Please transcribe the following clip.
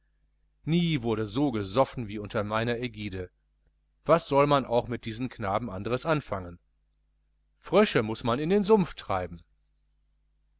nie wurde so gesoffen wie unter meiner ägide was soll man auch mit diesen knaben anderes anfangen frösche muß man in den sumpf treiben